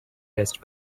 best